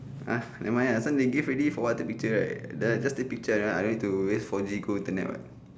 ah never mind lah so they give already for what take picture right the just take picture(uh) I don't need to waste four G go internet [what]